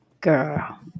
Girl